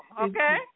Okay